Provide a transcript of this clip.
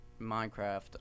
Minecraft